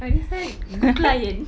ah this one good client